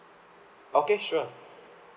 okay sure